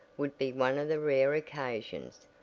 would be one of the rare occasions,